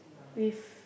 with